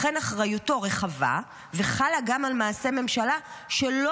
לכן אחריותו רחבה וחלה גם על מעשי הממשלה שלא